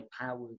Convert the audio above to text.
powers